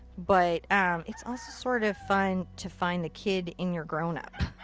but um it's also sort of fun to find the kid in your grown up.